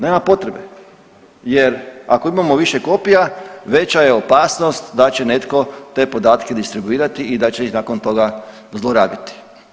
Nema potrebe jer ako imamo više kopija, veća je opasnost da će netko te podatke distribuirati i da će ih nakon toga zlorabiti.